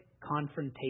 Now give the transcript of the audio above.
confrontation